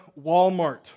Walmart